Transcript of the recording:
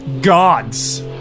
gods